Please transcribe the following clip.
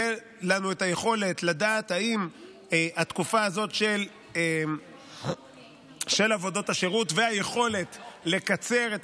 תהיה לנו היכולת לדעת אם התקופה הזאת של עבודות השירות והיכולת לקצר את